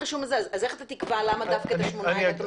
איך תקבע למה דווקא ה-18 האלה כן ואלה לא?